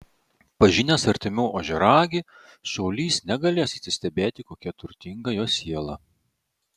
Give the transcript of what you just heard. pažinęs artimiau ožiaragį šaulys negalės atsistebėti kokia turtinga jo siela